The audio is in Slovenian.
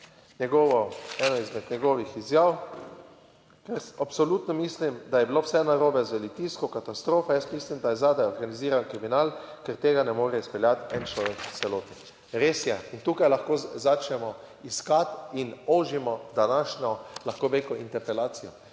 eno izmed njegovih izjav, ker absolutno mislim, da je bilo vse narobe z Litijsko, katastrofa, jaz mislim, da je zadaj organiziran kriminal, ker tega ne more izpeljati en človek v celoti. Res je. In tukaj lahko začnemo iskati in ožimo današnjo, lahko bi rekel, interpelacijo.